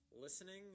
listening